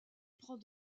prend